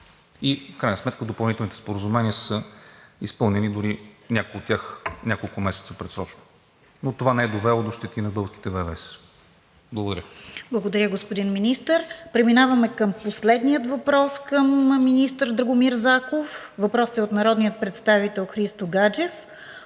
И в крайна сметка допълнителните споразумения са изпълнени, дори някои от тях няколко месеца предсрочно, но това не е довело до щети на българските ВВС. Благодаря. ПРЕДСЕДАТЕЛ РОСИЦА КИРОВА: Благодаря, господин Министър. Преминаваме към последния въпрос към министър Драгомир Заков. Въпросът е от народния представител Христо Гаджев